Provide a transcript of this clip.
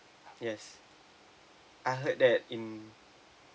yes I heard that in